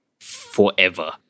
forever